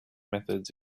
methods